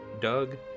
Doug